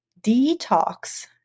detox